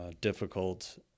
difficult